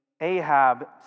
Ahab